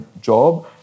job